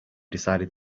decided